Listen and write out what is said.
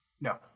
no